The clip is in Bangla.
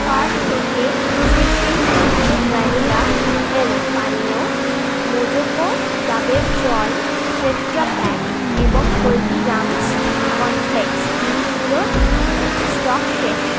কার্ট থেকে শ্রী শ্রী তত্ত্ব ভ্যানিলা হেলথ পানীয় মোজোকো ডাবের জল টেট্রাপ্যাক এবং হলদিরামস্ কর্নফ্লেক্স জিনিসগুলোর স্টক শেষ